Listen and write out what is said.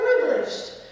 privileged